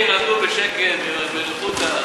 בכספים נדון בשקט ובניחותא.